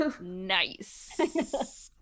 Nice